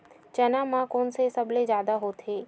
चना म कोन से सबले जादा होथे?